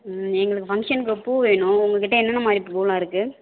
ம் எங்களுக்கு ஃபங்க்ஷன்க்கு பூ வேணும் உங்கள்கிட்ட என்னென்ன மாதிரி பூவுலாம் இருக்கு